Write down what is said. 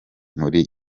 muri